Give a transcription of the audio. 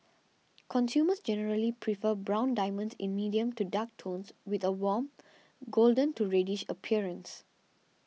consumers generally prefer brown diamonds in medium to dark tones with a warm golden to reddish appearance